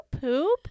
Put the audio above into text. poop